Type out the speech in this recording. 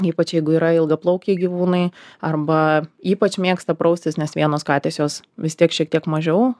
ypač jeigu yra ilgaplaukiai gyvūnai arba ypač mėgsta praustis nes vienos katės jos vis tiek šiek tiek mažiau